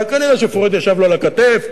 וכנראה שפרויד ישב לו על הכתף,